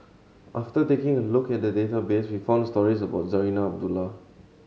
after taking a look at the database we found stories about Zarinah Abdullah